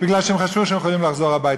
הם חשבו שהם יכולים לחזור הביתה.